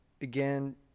again